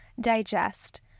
digest